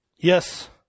Yes